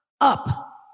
up